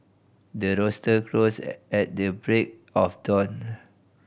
the rooster crows at the break of dawn